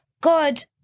God